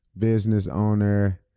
business owner,